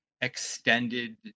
extended